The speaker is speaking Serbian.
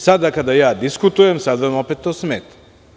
Sada kada ja diskutujem, sada vam opet to smeta.